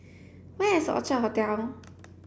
where is Orchard Hotel